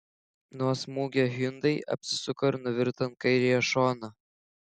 nuo smūgio hyundai apsisuko ir nuvirto ant kairiojo šono